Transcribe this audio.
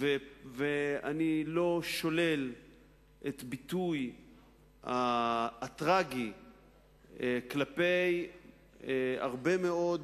ואני לא שולל את הביטוי הטרגי כלפי הרבה מאוד